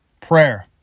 Prayer